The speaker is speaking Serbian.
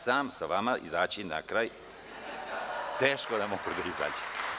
Sam sa vama izaći na kraj teško da mogu.